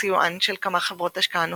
בסיוען של כמה חברות השקעה נוספות,